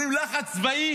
אומרים שלחץ צבאי